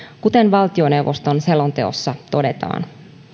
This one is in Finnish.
kuten valtioneuvoston selonteossa todetaan